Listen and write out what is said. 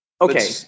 okay